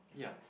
ya